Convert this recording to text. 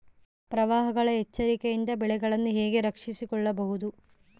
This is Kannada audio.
ಪ್ರವಾಹಗಳ ಎಚ್ಚರಿಕೆಯಿಂದ ಬೆಳೆಗಳನ್ನು ಹೇಗೆ ರಕ್ಷಿಸಿಕೊಳ್ಳಬಹುದು?